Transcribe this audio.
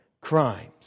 crimes